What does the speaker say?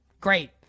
Great